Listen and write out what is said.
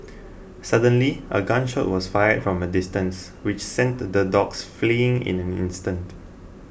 suddenly a gun shot was fired from a distance which sent the dogs fleeing in an instant